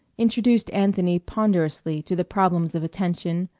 introduced anthony ponderously to the problems of attention,